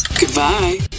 Goodbye